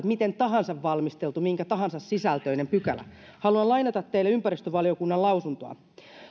miten tahansa valmistellusta minkä tahansa sisältöisestä pykälästä haluan lainata teille ympäristövaliokunnan lausuntoa